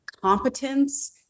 competence